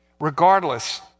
Regardless